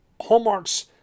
hallmarks